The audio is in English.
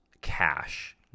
cash